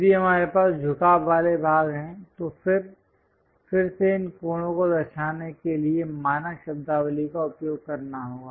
यदि हमारे पास झुकाव वाले भाग हैं तो फिर से इन कोणों को दर्शाने के लिए मानक शब्दावली का उपयोग करना होगा